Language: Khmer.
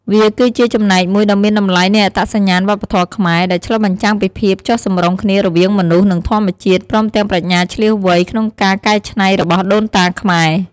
វាគឺជាចំណែកមួយដ៏មានតម្លៃនៃអត្តសញ្ញាណវប្បធម៌ខ្មែរ ដែលឆ្លុះបញ្ចាំងពីភាពចុះសម្រុងគ្នារវាងមនុស្ស និងធម្មជាតិ ព្រមទាំងប្រាជ្ញាឈ្លាសវៃក្នុងការកែច្នៃរបស់ដូនតាខ្មែរ។